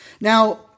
Now